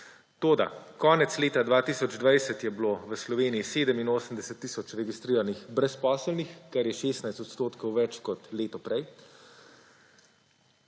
toda konec leta 2020 je bilo v Sloveniji 87 tisoč registriranih brezposelnih, kar je 16 % več kot leto prej